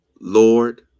Lord